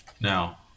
Now